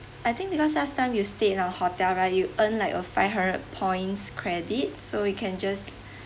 I think because sometime you stay in our hotel right you earn like a five hundred points credit so we can just